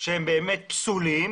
שהם באמת פסולים